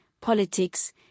politics